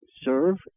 serve